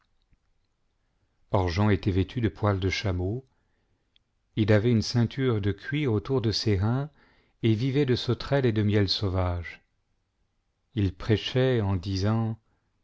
était vêtu de poil de chameau il avait une ceinture de cuir autour de ses reins et vivait de sauterelles et de miel sauvage il prêchait en disant